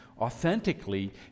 authentically